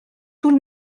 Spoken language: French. tout